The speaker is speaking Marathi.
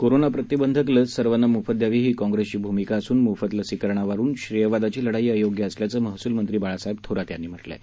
कोरोना प्रतिबंधक लस सर्वांना मोफत द्यावी ही कॉंप्रेसची भूमिका असून मोफत लसीकरणावरून श्रेयवादाची लढाई अयोग्य असल्याचं महसूलमंत्री बाळासाहेब थोरात यांनी म्हटलं आहे